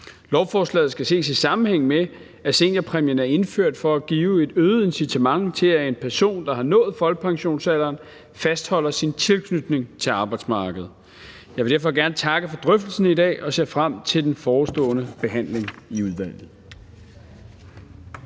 Lovforslaget skal ses i sammenhæng med, at seniorpræmien er indført for at give et øget incitament til, at en person, der har nået folkepensionsalderen, fastholder sin tilknytning til arbejdsmarkedet. Jeg vil derfor gerne takke for drøftelsen i dag og ser frem til den forestående behandling i udvalget.